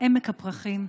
"עמק הפרחים",